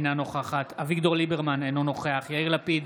אינה נוכחת אביגדור ליברמן, אינו נוכח יאיר לפיד,